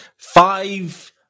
Five